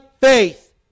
faith